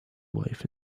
wife